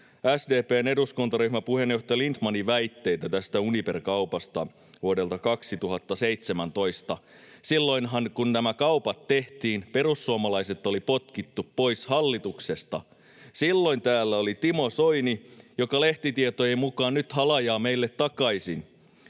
SDP:n eduskuntaryhmän puheenjohtaja Lindtmanin väitteitä tästä Uniper-kaupasta vuodelta 2017. Silloinhan, kun nämä kaupat tehtiin, perussuomalaiset oli potkittu pois hallituksesta — silloin täällä oli Timo Soini, joka lehtitietojen mukaan nyt halajaa meille takaisin,